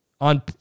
on